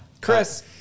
Chris